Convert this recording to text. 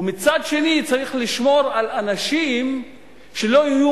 ומצד שני צריך לשמור על אנשים שלא יהיו